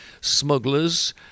smugglers